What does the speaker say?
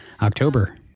October